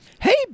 Hey